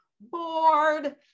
bored